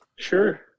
Sure